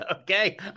okay